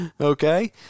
Okay